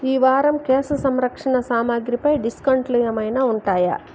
ఈవారం కేశ సంరక్షణ సామాగ్రి పై డిస్కౌంట్లు ఏమైనా ఉంటాయా